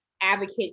advocate